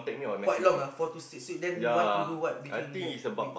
quite long ah four to six week then you want to do what between that week